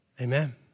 Amen